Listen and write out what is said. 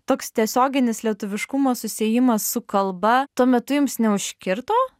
toks tiesioginis lietuviškumo susiejimas su kalba tuo metu jums neužkirto